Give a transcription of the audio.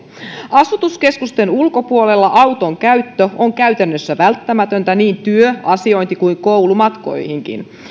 asutuskeskusten ulkopuolella auton käyttö on käytännössä välttämätöntä niin työ asiointi kuin koulumatkoihinkin